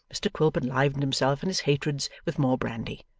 mr quilp enlivened himself and his hatreds with more brandy,